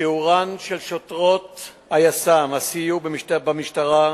שיעורן של שוטרות היס"מ, יחידת הסיור במשטרה,